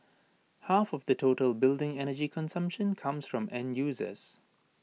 half of the total building energy consumption comes from end users